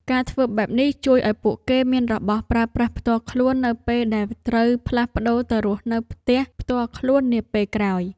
ការធ្វើបែបនេះជួយឱ្យពួកគេមានរបស់ប្រើប្រាស់ផ្ទាល់ខ្លួននៅពេលដែលត្រូវផ្លាស់ប្ដូរទៅរស់នៅផ្ទះផ្ទាល់ខ្លួននាពេលក្រោយ។